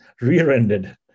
rear-ended